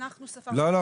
אנחנו ספרנו --- לא,